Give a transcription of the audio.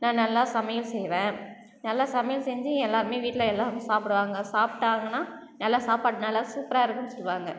நான் நல்லா சமையல் செய்வேன் நல்லா சமையல் செஞ்சு எல்லோருமே வீட்டில் எல்லோரும் சாப்பிடுவாங்க சாப்பிட்டாங்கன்னா நல்லா சாப்பாடு நல்லா சூப்பராக இருக்குதுன்னு சொல்லுவாங்கள்